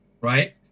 right